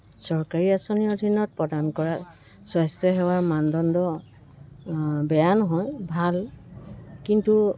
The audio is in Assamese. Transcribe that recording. চৰকাৰী আঁচনিৰ অধীনত প্ৰদান কৰা স্বাস্থ্য সেৱাৰ মানদণ্ড বেয়া নহয় ভাল কিন্তু